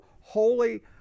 holy